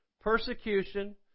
persecution